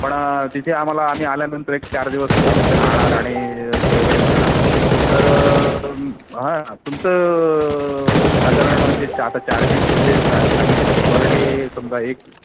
पण तिथे आम्हाला आम्ही आल्यानंतर एक चार दिवस आम्ही तिथे राहणार आणि सगळीकडे फिरणार तर हां तुमचं साधारण जे आता चार्जेस जे सा सांगितलेत पर डे समजा एक